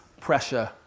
pressure